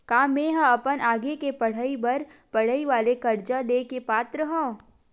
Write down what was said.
का मेंहा अपन आगे के पढई बर पढई वाले कर्जा ले के पात्र हव?